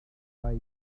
apply